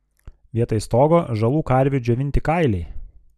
vietoj stogo žalų karvių džiovinti kailiai